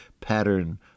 pattern